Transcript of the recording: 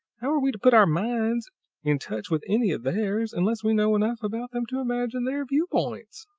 how are we to put our minds in touch with any of theirs, unless we know enough about them to imagine their viewpoints?